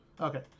Okay